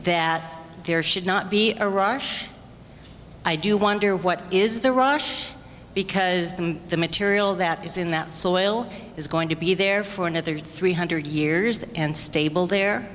that there should not be a rush i do wonder what is the rush because the the material that is in that soil is going to be there for another three hundred years and stable there